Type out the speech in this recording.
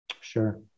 Sure